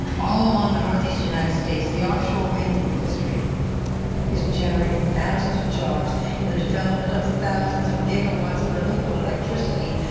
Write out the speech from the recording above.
all along the northeast united states, the offshore wind industry is generating thousands of jobs in the development of thousands of giga-watts of renewable electricity.